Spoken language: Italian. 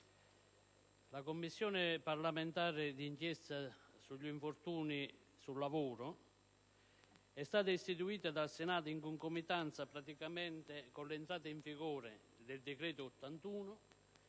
la Commissione parlamentare di inchiesta sugli infortuni sul lavoro è stata istituita dal Senato praticamente in concomitanza con l'entrata in vigore del decreto